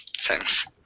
Thanks